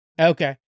Okay